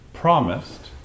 Promised